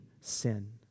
sin